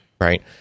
right